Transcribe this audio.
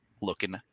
looking